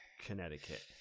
Connecticut